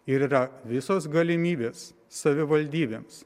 ir yra visos galimybės savivaldybėms